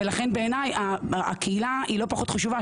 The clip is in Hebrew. ולכן בעיניי, הקהילה היא לא פחות חשובה.